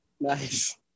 Nice